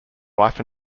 wife